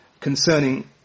concerning